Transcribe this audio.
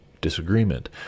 disagreement